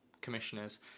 commissioners